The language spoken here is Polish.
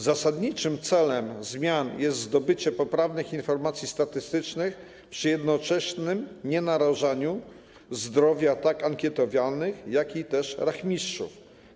Zasadniczym celem zmian jest zdobycie poprawnych informacji statystycznych przy jednoczesnym nienarażaniu zdrowia tak ankietowanych, jak i rachmistrzów.